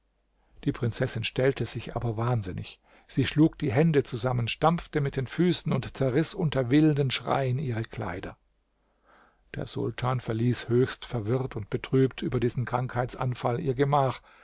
die prinzessin stellte sich aber wahnsinnig sie schlug die hände zusammen stampfte mit den füßen und zerriß unter wilden schreien ihre kleider der sultan verließ höchst verwirrt und betrübt über diesen krankheitsanfall ihr gemach